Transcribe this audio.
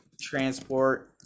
transport